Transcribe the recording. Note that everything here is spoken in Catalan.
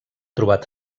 trobat